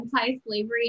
anti-slavery